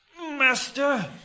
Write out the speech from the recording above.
master